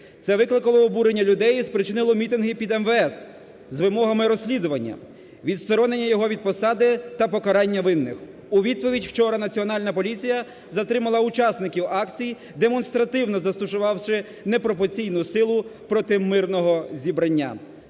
Це викликало обурення людей і спричинило мітинги під МВС з вимогами розслідування, відсторонення його від посади та покарання винних. У відповідь вчора Національна поліція затримала учасників акцій, демонстративно застосувавши непропорційну силу проти мирного зібрання.